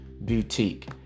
boutique